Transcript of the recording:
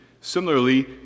similarly